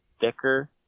thicker